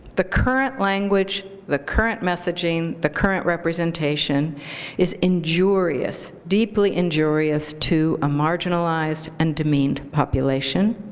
the current language, the current messaging, the current representation is injurious, deeply injurious to a marginalized and demeaned population,